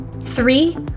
Three